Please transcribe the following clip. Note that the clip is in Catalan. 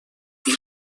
dir